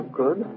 good